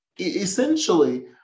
essentially